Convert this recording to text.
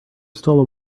stole